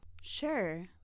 Sure